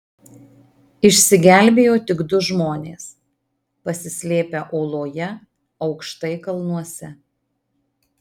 išsigelbėjo tik du žmonės pasislėpę oloje aukštai kalnuose